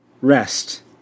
Rest